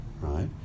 right